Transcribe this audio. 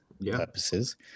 purposes